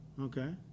Okay